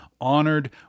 honored